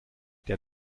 der